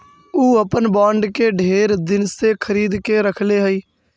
ऊ अपन बॉन्ड के ढेर दिन से खरीद के रखले हई